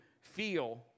feel